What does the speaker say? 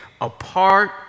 Apart